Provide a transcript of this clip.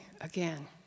again